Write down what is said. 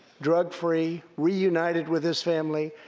drug-free, reunited with his family,